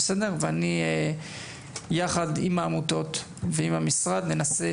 ואני יחד עם העמותות ועם המשרד ננסה